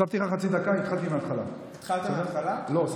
חיים במדינה לא דמוקרטית, אני מבקש לסיים.